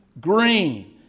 Green